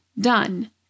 Done